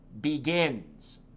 begins